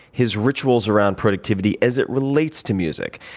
his rituals around productivity as it relates to music,